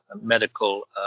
medical